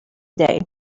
day